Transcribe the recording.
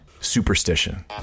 Superstition